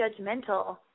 judgmental